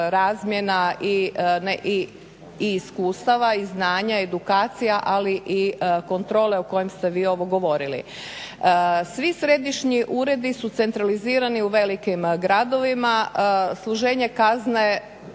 razmjena i iskustava i znanja i edukacija, ali i kontrole o kojem ste vi ovo govorili. Svi središnji uredi su centralizirani u velikim gradovima, služenje kazne